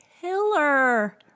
killer